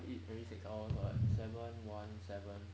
eat every six hours [what] seven one seven